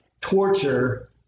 torture